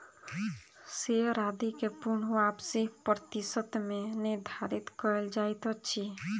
share आदि के पूर्ण वापसी प्रतिशत मे निर्धारित कयल जाइत अछि